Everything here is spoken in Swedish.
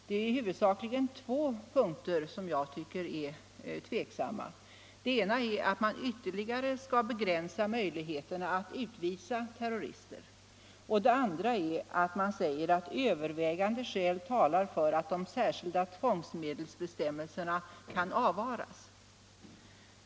Det är huvudsakligen två punkter som jag finner tvivelaktiga. Den ena är att man ytterligare skall begränsa möjligheterna för utvisning av terrorister. Den andra är att man säger att övervägande skäl talar för att de särskilda tvångsmedelsbestämmelserna kan avvaras.